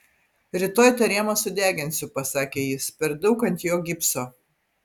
rytoj tą rėmą sudeginsiu pasakė jis per daug ant jo gipso